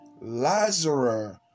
Lazarus